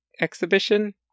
exhibition